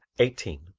eighteen.